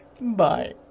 Bye